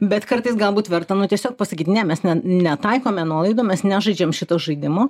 bet kartais galbūt verta nu tiesiog pasakyt ne mes netaikome nuolaidų mes nežaidžiam šito žaidimo